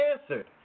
answered